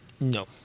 No